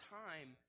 time